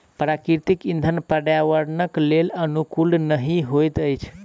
प्राकृतिक इंधन पर्यावरणक लेल अनुकूल नहि होइत अछि